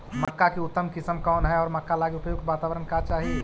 मक्का की उतम किस्म कौन है और मक्का लागि उपयुक्त बाताबरण का चाही?